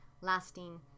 lasting